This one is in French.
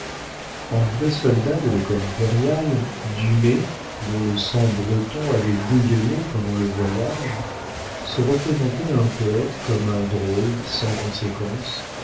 en vrai soldat de l'école impériale dumay dont le sang breton avait bouillonné pendant le voyage se représentait un poëte comme un drôle sans conséquence